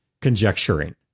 conjecturing